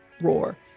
Roar